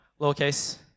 lowercase